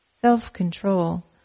self-control